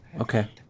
Okay